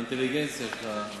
לאינטליגנציה שלך,